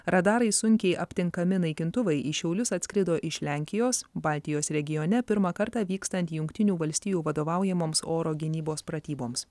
radarais sunkiai aptinkami naikintuvai į šiaulius atskrido iš lenkijos baltijos regione pirmą kartą vykstant jungtinių valstijų vadovaujamoms oro gynybos pratyboms